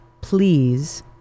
please